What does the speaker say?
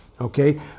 okay